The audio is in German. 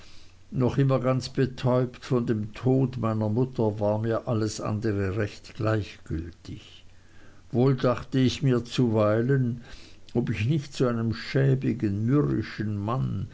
noch immer ganz betäubt von dem tod meiner mutter war mir alles andere recht gleichgültig wohl dachte ich mir zuweilen ob ich nicht zu einem schäbigen mürrischen mann